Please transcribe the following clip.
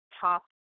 top